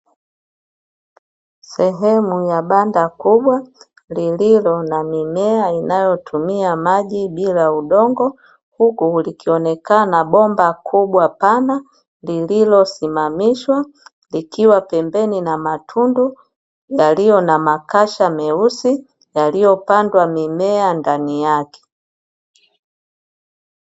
Sehemu ya banda kubwa lililo na mimea inayotumia maji bila udongo huku, likionekana bomba kubwa pana lililosimamishwa likiwa pembeni na matunda yaliyo na makasha meusi yaliyopandwa mimea ndani yake.